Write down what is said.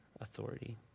authority